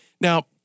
Now